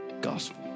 gospel